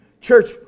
Church